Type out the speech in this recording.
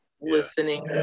listening